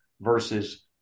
versus